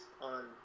on